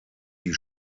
die